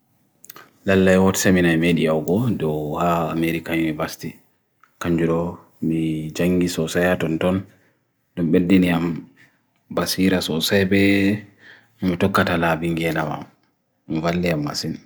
Lal le watse minai media ugo doha amerikainye basthi kanjuro me jangi sosaya ton ton do bed din yam basheera sosaya be mtukatala bingena wam, mvalia masin.